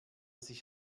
sich